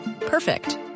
Perfect